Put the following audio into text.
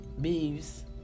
bees